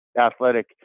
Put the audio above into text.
athletic